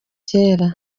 cyera